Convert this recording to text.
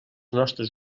nostres